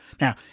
Now